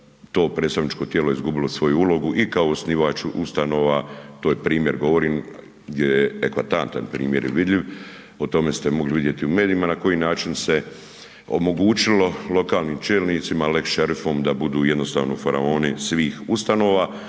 to predstavničko tijelo je izgubilo svoju ulogu i kao osnivač ustanova, to je primjer govorim gdje je ekvatantan primjer je vidljiv, o tome ste mogli vidjeti u medijima na koji način se omogućilo lokalnim čelnicima lex šerifom da budu jednostavno faraoni svih ustanova.